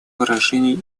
выражения